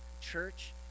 Church